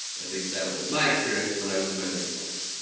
at least that was my experience when i was in my late twenty s.